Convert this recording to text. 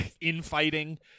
infighting